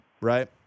right